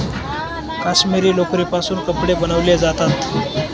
काश्मिरी लोकरीपासून कपडे बनवले जातात